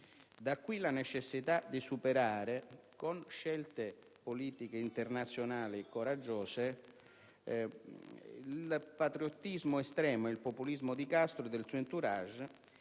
Da qui la necessità di superare, con scelte politiche internazionali coraggiose, il patriottismo estremo e il populismo di Castro e del suo *entourage*,